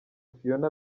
fiona